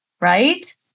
right